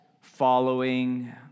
following